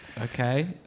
Okay